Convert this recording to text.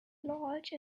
large